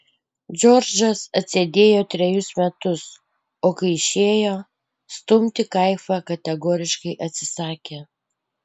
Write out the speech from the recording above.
džordžas atsėdėjo trejus metus o kai išėjo stumti kaifą kategoriškai atsisakė